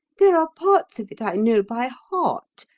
there are parts of it i know by heart.